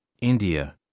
India